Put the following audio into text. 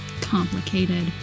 complicated